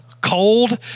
cold